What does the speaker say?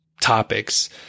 topics